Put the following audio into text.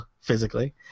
physically